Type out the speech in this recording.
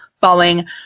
falling